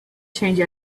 change